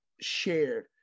Shared